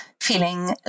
feeling